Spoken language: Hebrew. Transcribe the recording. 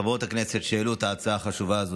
חברות הכנסת שהעלו את ההצעה החשובה הזאת,